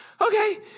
Okay